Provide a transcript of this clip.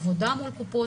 עבודה מול הקופות,